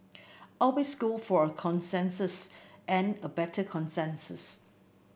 always go for a consensus and a better consensus